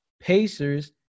Pacers